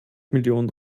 millionen